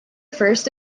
first